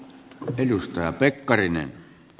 arvoisa puhemies